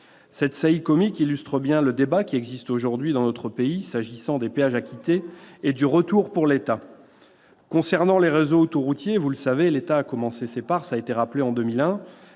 Cette saillie comique illustre bien le débat qui existe aujourd'hui dans notre pays s'agissant des péages acquittés et du retour pour l'État. Concernant les réseaux autoroutiers, vous le savez, l'État a commencé à céder ses parts en 2001,